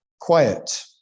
quiet